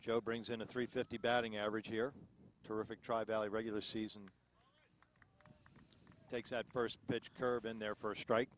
joe brings in a three fifty batting average here terrific try valley regular season takes out first pitch curve in their first strike